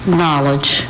knowledge